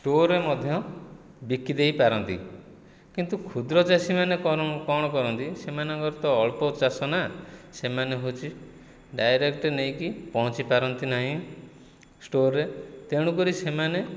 store ରେ ମଧ୍ୟ ବିକି ଦେଇପାରନ୍ତି କିନ୍ତୁ କ୍ଷୁଦ୍ରଚାଷୀ ମାନେ କ'ଣ କରନ୍ତି ସେମାନଙ୍କର ତ ଅଳପ ଚାଷ ନା ସେମାନେ ହେଉଛି ଡାଇରେକ୍ଟ ନେଇକି ପହଞ୍ଚିପାରନ୍ତିନାହିଁ ଷ୍ଟୋର ରେ ତେଣୁ କରି ସେମାନେ